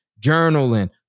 journaling